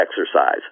exercise